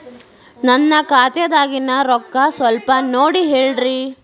ನನ್ನ ಖಾತೆದಾಗಿನ ರೊಕ್ಕ ಸ್ವಲ್ಪ ನೋಡಿ ಹೇಳ್ರಿ